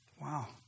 Wow